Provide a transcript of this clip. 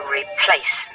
replace